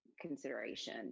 consideration